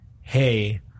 hey